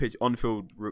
On-field